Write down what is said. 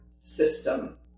system